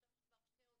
יש כבר שתי עונות.